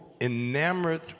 enamored